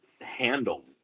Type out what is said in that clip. handle